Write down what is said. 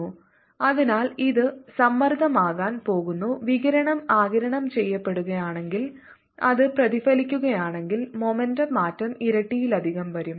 momentum densityc Sc2 Sc അതിനാൽ ഇത് സമ്മർദ്ദമാകാൻ പോകുന്നു വികിരണം ആഗിരണം ചെയ്യപ്പെടുകയാണെങ്കിൽ അത് പ്രതിഫലിക്കുകയാണെങ്കിൽ മൊമന്റം മാറ്റം ഇരട്ടിയിലധികം വരും